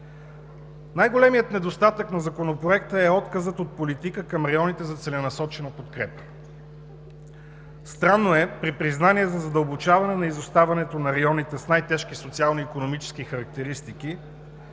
Най-големият недостатък на Законопроекта е отказът от политика към районите за целенасочена подкрепа. Странно е, при признание за задълбочаване на изоставането на районите с най тежки социално-икономически характеристики,